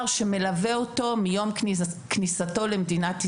שמלווה אותו מיום כניסתו למדינת ישראל.